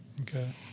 Okay